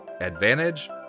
Advantage